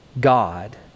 God